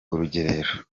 urugerero